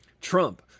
Trump